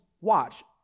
watch